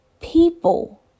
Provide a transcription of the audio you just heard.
People